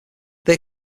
they